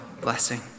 blessing